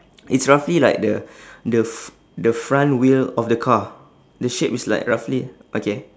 it's roughly like the the f~ the front wheel of the car the shape is like roughly okay